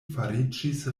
fariĝis